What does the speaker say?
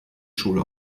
schule